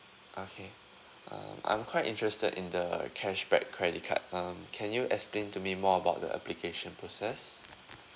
okay um I'm quite interested in the cashback credit card um can you explain to me more about the application process